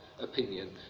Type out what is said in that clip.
opinion